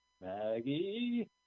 Maggie